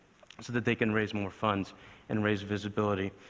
so that they can raise more funds and raise visibility,